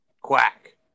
Quack